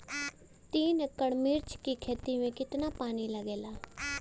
तीन एकड़ मिर्च की खेती में कितना पानी लागेला?